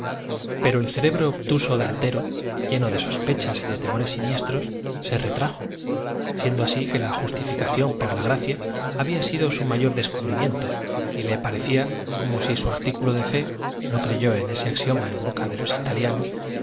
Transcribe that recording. pero el cerebro obtuso de lutero lleno de sospechas y de temores siniestros se retrajo alendo asi que la justificación por la gracia había sido su m ayor descubrimiento y le parecia como su articu lo de fe no creyó en ese axiom a en boca de los